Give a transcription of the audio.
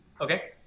Okay